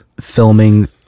filming